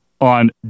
on